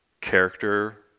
character